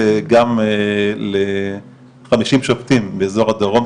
זה גם ל-50 שופטים באזור הדרום,